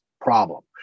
problem